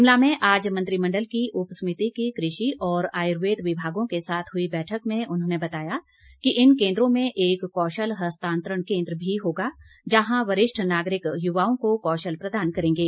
शिमला में आज मंत्रिमण्डल की उपसमिति की कृषि और आयुर्वेद विभागों के साथ हुई बैठक में उन्होंने बताया कि इन केन्द्रों में एक कौशल हस्तांतरण केन्द्र भी होगा जहां वरिष्ठ नागरिक युवाओं को कौशल प्रदान करेंगे